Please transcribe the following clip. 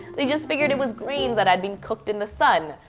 they just figured it was grains that had been cooked in the sun.